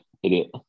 Idiot